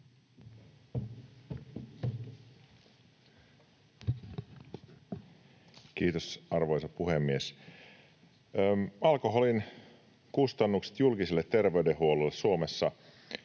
Kiitos, arvoisa puhemies! Alkoholin kustannukset julkiselle terveydenhuollolle Suomessa